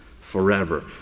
forever